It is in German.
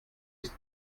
ist